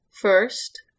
first